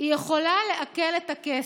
היא יכולה לעקל את הכסף.